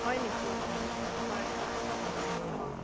হয় নেকি হয় হয় অঁ